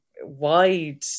wide